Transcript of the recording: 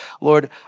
Lord